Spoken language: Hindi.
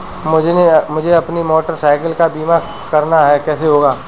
मुझे अपनी मोटर साइकिल का बीमा करना है कैसे होगा?